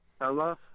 Hello